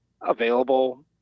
available